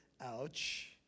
ouch